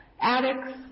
addicts